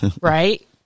right